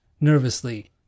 nervously